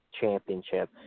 championship